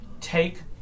take